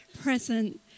present